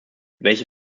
welche